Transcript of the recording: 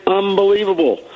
unbelievable